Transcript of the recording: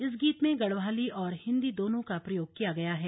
इस गीत में गढ़वाली और हिन्दी दोनों का प्रयोग किया गया है